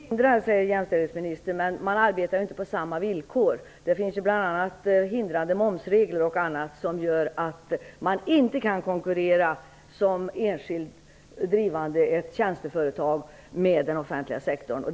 Herr talman! Jämställdhetsministern säger att det inte är någonting som hindrar. Nej, men man arbetar inte på samma villkor. Det finns bl.a. hindrande momsregler som gör att man som enskild och drivande ett tjänsteföretag inte kan konkurrera med den offentliga sektorn.